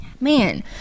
Man